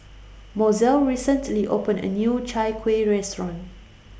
Mozell recently opened A New Chai Kueh Restaurant